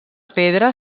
pedra